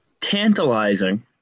tantalizing